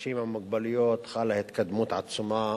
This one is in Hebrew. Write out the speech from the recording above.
האנשים עם מוגבלויות חלה התקדמות עצומה